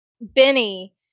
Benny